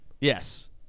Yes